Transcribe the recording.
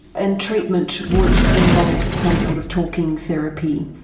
and treatment would involve some sort of talking therapy?